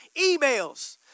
emails